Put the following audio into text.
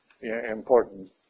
important